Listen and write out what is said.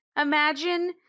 imagine